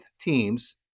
teams